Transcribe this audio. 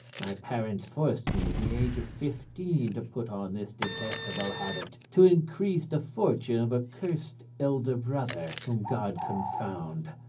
my parents forced me at the age of fifteen to put on this detestable habit, to increase the fortune of a cursed elder brother, whom god confound.